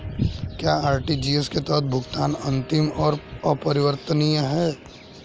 क्या आर.टी.जी.एस के तहत भुगतान अंतिम और अपरिवर्तनीय है?